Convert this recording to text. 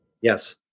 Yes